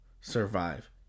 survive